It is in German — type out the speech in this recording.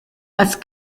als